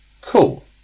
Cool